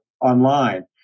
online